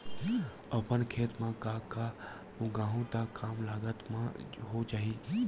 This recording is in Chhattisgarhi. अपन खेत म का का उगांहु त कम लागत म हो जाही?